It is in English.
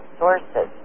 sources